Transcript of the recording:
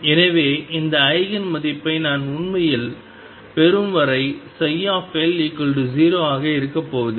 எனவே அந்த ஈஜென் மதிப்பை நான் உண்மையில் பெறும் வரை L0 ஆக இருக்கப்போவதில்லை